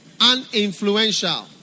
Uninfluential